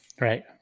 Right